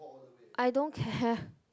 I don't care